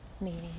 meeting